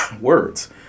words